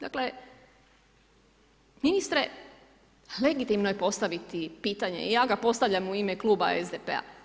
Dakle ministre legitimno je postaviti pitanje i ja ga postavljam u ime kluba SDP-a.